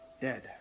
dead